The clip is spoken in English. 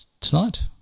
tonight